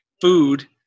food